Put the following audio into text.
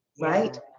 right